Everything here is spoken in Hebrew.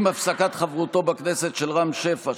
עם הפסקת חברותו בכנסת של רם שפע,